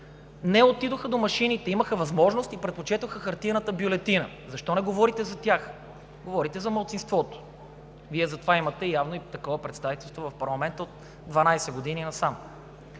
не отидоха до машините, имаха възможност и предпочетоха хартиената бюлетина, защо не говорите за тях – говорите за малцинството? Вие затова имахте и такова представителство в парламента от 12 години насам.